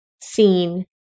seen